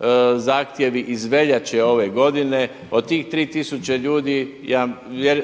rješavaju zahtjevi iz veljače ove godine. Od tih 3000 ljudi